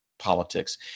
politics